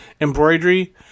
embroidery